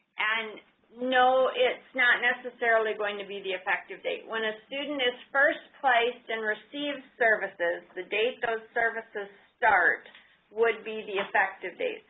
and no it's not necessarily going to be the effective date when a student is first placed and receives services the data so services start would be the effective date.